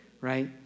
right